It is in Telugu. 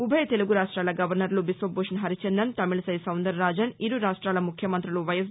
ఉభయ తెలుగు రాష్టాల గవర్నర్లు బీశ్వభూషణ్ హరిచందన్ తమిళిసై సౌందర రాజన్ ఇరు రాష్ట్రాల ముఖ్యమంతులు వైఎస్